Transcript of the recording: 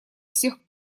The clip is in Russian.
всех